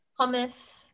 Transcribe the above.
hummus